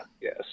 yes